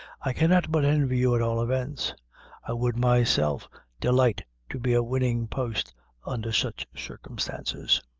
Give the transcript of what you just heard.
i cannot but envy you at all events i would myself delight to be a winning post under such circumstances.